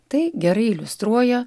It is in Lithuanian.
tai gerai iliustruoja